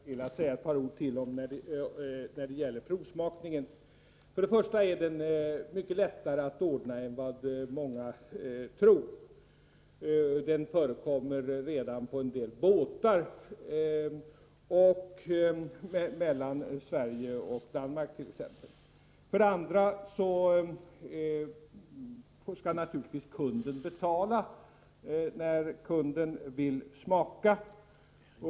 Herr talman! Jag skall begränsa mig till att säga ett par ord om provsmakningen. För det första är den mycket lättare att ordna än många tror. Provsmakning förekommer redan på en del båtar, t.ex. mellan Sverige och Danmark. För det andra skall naturligtvis kunden betala om kunden vill smaka.